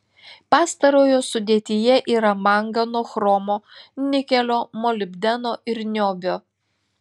pastarojo sudėtyje yra mangano chromo nikelio molibdeno ir niobio